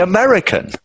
American